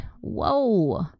whoa